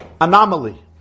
anomaly